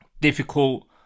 difficult